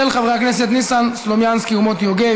של חברי הכנסת ניסן סלומינסקי ומוטי יוגב.